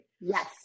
Yes